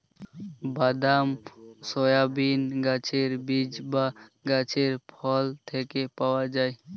বাদাম, সয়াবিন গাছের বীজ বা গাছের ফল থেকে পাওয়া যায়